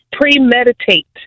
Premeditate